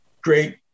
great